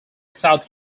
south